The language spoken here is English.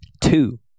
two